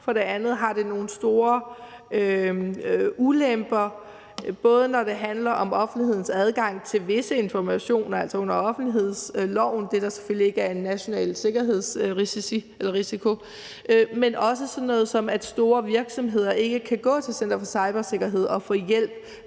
For det andet har det nogle store ulemper, både når det handler om offentlighedens adgang til visse informationer under offentlighedsloven – det, der selvfølgelig ikke er en national sikkerhedsrisiko – men også, når det handler om, at store virksomheder ikke kan gå til Center for Cybersikkerhed og få hjælp,